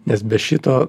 nes be šito